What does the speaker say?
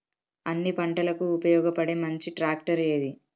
అన్ని పంటలకు ఉపయోగపడే మంచి ట్రాక్టర్ ఏది?